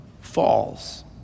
falls